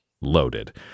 loaded